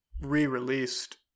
re-released